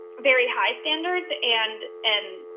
very high standards and, and